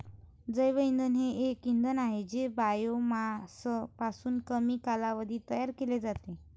जैवइंधन हे एक इंधन आहे जे बायोमासपासून कमी कालावधीत तयार केले जाते